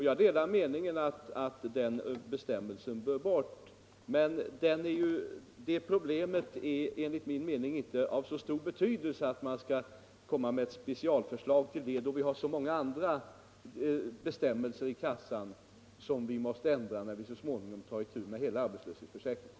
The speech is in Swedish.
Jag delar uppfattningen att bestämmelsen bör bort, men problemet är enligt min mening inte av så stor betydelse att det fordrar specialförslag, då det finns så många andra bestämmelser som vi måste ändra på när vi så småningom tar itu med hela arbetslöshetsförsäkringen.